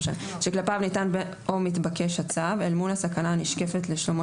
שכלפיו ניתן או מתבקש הצו אל מול הסכנה הנשקפת לשלומו